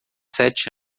sete